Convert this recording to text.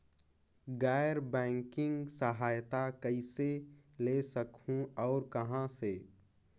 गैर बैंकिंग सहायता कइसे ले सकहुं और कहाँ से?